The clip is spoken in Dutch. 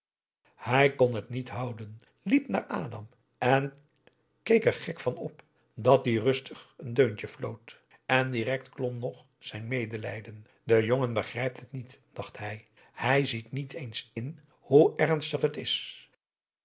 hij kon het niet houden liep naar adam en keek er gek van op dat die rustig een deuntje floot en direct klom nog zijn medelijden de jongen begrijpt het niet dacht hij hij ziet niet eens in hoe ernstig het is